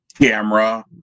camera